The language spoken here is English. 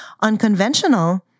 unconventional